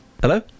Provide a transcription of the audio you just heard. Hello